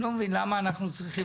אני לא מבין למה אנחנו צריכים,